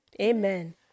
Amen